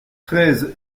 treize